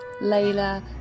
Layla